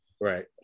Right